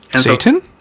Satan